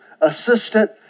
assistant